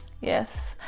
Yes